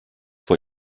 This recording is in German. vor